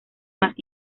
más